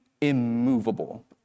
immovable